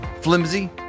flimsy